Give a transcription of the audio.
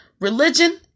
religion